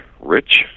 rich